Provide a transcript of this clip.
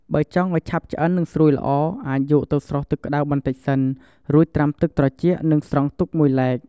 បើចង់ឱ្យឆាប់ឆ្អិននិងស្រួយល្អ អាចយកទៅស្រុះទឹកក្ដៅបន្តិចសិន រួចត្រាំទឹកត្រជាក់និងស្រង់ទុកមួយឡែក។